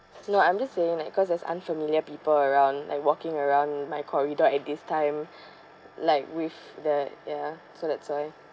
no I'm just saying like cause there's unfamiliar people around like walking around my corridor at this time like with that ya so that's why